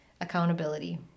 accountability